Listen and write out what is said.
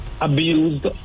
abused